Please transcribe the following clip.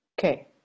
Okay